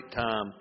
time